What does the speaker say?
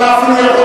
אני מתנצל בשמה.